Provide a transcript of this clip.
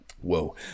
Whoa